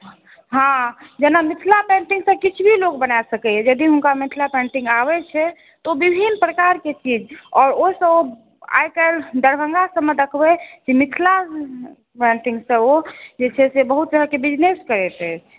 हॅं जेना मिथिला पेन्टिंग से किछु भी लोक बना सकैया यदि हुनका मिथिला पेन्टिंग आबै छै तऽ विभिन्न प्रकारके चीज आ ओ सभ आइकाल्हि दरभङ्गा सभमे देखबै कि मिथिला पेन्टिंगसँ ओ जे छै से बहुत तरहके बिजनेस करैत अछि